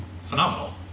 phenomenal